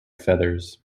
feathers